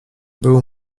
był